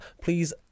Please